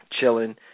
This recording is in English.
chilling